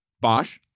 Bosch